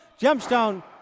Gemstone